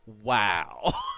Wow